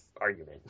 argument